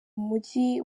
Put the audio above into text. mujyi